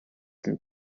some